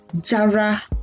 jara